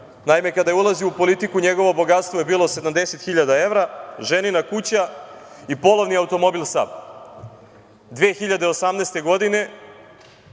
Naime, kada je ulazio u politiku, njegovo bogatstvo je bilo 70.000 evra, ženina kuća i polovni automobil „Saab“. A 2018. godine,